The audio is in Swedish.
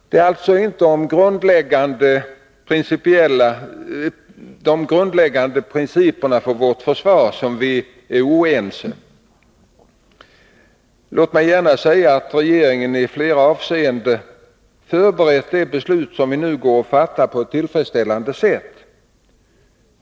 Det är alltså inte om de grundläggande principerna för vårt försvar som vi är oense. Låt mig gärna säga att regeringen i flera avseenden förberett det beslut, som vi nu går att fatta, på ett tillfredsställande sätt.